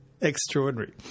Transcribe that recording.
Extraordinary